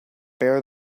bare